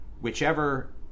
whichever